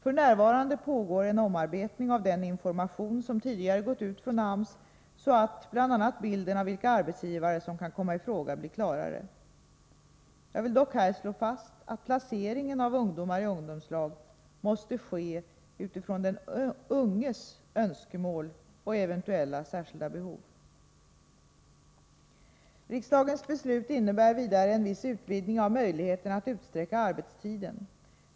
F.n. pågår en omarbetning av den information som tidigare har gått ut från AMS, så att bl.a. bilden av vilka arbetsgivare som kan komma i fråga blir klarare. Jag vill dock här slå fast att placeringen av ungdomar i ungdomslag måste ske utifrån den unges önskemål och eventuella särskilda behov. Riksdagens beslut innebär vidare en viss utvidgning av möjligheten att utsträcka arbetstiden.